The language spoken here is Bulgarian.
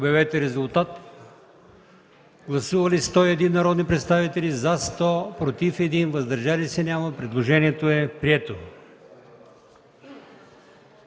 Моля, гласувайте. Гласували 101 народни представители: за 100, против 1, въздържали се няма. Предложението е прието.